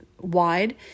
wide